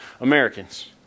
Americans